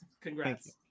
Congrats